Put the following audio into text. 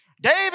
David